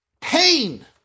pain